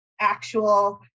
actual